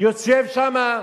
יושב שם,